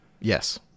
Yes